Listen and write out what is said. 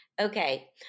Okay